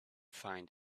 find